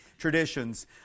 traditions